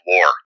War